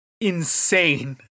insane